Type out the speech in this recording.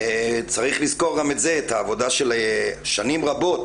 צריך לזכור גם את זה, את העבודה של שנים רבות